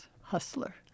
Hustler